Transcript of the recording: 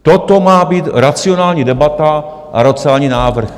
Toto má být racionální debata a racionální návrh?